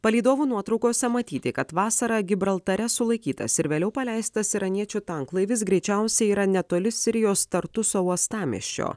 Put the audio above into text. palydovų nuotraukose matyti kad vasarą gibraltare sulaikytas ir vėliau paleistas iraniečių tanklaivis greičiausiai yra netoli sirijos tartuso uostamiesčio